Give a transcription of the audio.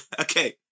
Okay